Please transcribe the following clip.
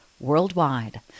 worldwide